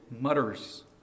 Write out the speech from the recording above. mutters